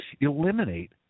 eliminate